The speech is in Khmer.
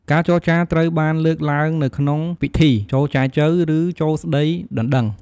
ការចរចារត្រូវបានលើកឡើងនៅក្នុងពិធី ចូលចែចូវ ឬ ចូលស្តីដណ្តឹង។